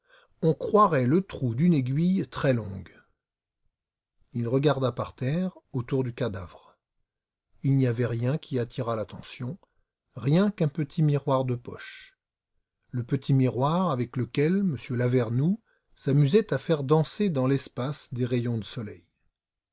on croirait le trou d'une aiguille très longue il regarda par terre autour du cadavre il n'y avait rien qui attirât l'attention rien qu'un petit miroir de poche le petit miroir avec lequel m lavernoux s'amusait à faire danser dans l'espace des rayons de soleil